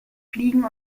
fliegen